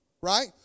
right